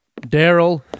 Daryl